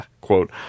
quote